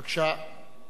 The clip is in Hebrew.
בבקשה.